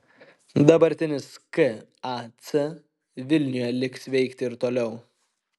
dabartinis kac vilniuje liks veikti ir toliau